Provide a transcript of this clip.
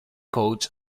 coach